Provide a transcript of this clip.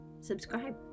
subscribe